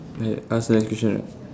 right ask another question right